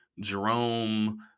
Jerome